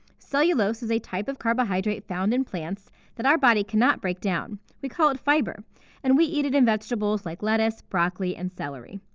cellulose is a type of carbohydrate found in plants that our body cannot break down. we call it fiber and we eat it in vegetables like lettuce, broccoli, and celery.